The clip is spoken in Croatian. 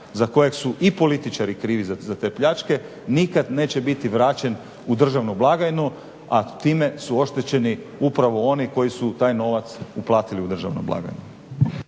za kojeg su i političari krivi za te pljačke nikada neće biti vraćen u državnu blagajnu a time su oštećeni upravo oni koji su taj novac uplatili u državnu blagajnu.